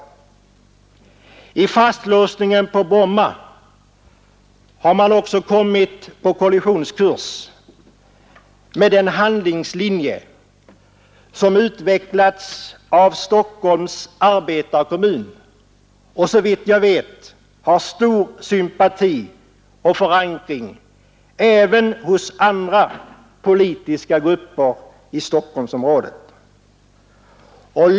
I och med fastlåsningen vid Bromma har man också kommit på kollisionskurs med den handlingslinje som utvecklats av Stockholms arbetarekommun och som, såvitt jag vet, har stor sympati och förankring även inom andra politiska grupper i Stockholmsområdet.